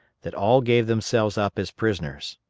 that all gave themselves up as prisoners.